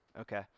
Okay